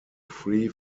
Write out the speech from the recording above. free